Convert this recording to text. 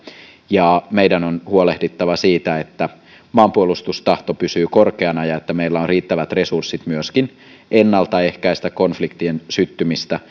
ja meidän on huolehdittava siitä että maanpuolustustahto pysyy korkeana ja että meillä on riittävät resurssit myöskin ennaltaehkäistä konfliktien syttymistä